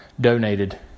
donated